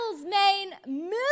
main